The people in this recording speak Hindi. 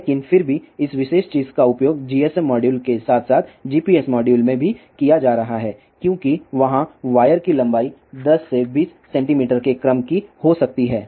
लेकिन फिर भी इस विशेष चीज का उपयोग GSM मॉड्यूल के साथ साथ GPS मॉड्यूल में भी किया जा रहा है क्योंकि वहां वायर की लंबाई 10 से 20 सेंटीमीटर के क्रम की हो सकती है